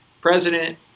president